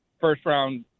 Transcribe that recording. first-round